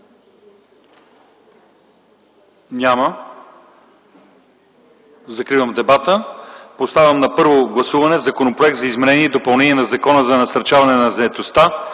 няма. Закривам дебата. Поставям на първо гласуване Законопроект за изменение и допълнение на Закона за насърчаване на заетостта